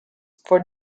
for